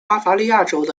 巴伐利亚州